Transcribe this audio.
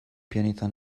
pianeta